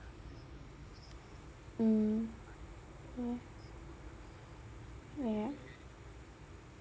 mm ya ya